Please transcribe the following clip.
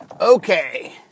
Okay